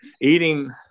eating